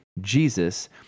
Jesus